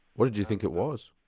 what did you think it was?